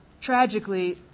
Tragically